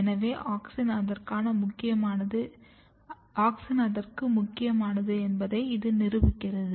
எனவே ஆக்ஸின் அதற்கு முக்கியமானது என்பதை இது நிரூபிக்கிறது